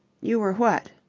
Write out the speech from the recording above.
you were what?